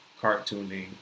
cartooning